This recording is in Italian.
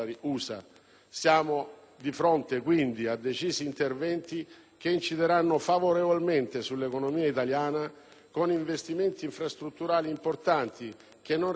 Siamo di fronte, quindi, a decisi interventi che incideranno favorevolmente sull'economia italiana con investimenti infrastrutturali importanti che non ricadono